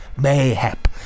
mayhap